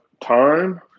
Time